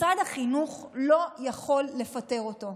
משרד החינוך לא יכול לפטר אותו?